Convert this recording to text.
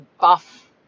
buff